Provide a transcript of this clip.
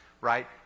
right